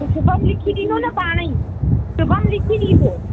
शुभम लिखी ॾींदो न पाणेई शुभम लिखी ॾींदो